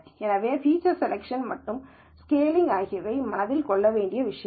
எனவே feature selection மற்றும் scaling ஆகியவை மனதில் கொள்ள வேண்டிய விஷயங்கள்